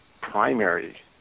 primary